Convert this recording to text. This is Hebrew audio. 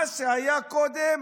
מה שהיה קודם,